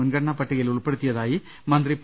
മുൻഗണനാ പട്ടികയിൽ ഉൾപെടുത്തിയതായി മന്ത്രി പി